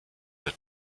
der